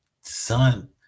son